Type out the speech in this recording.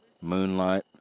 moonlight